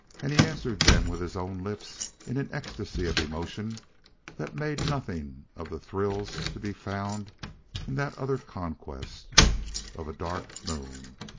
and he answered them with his own lips in an ecstasy of emotion that made nothing of the thrills to be found in that other conquest of a dark moon.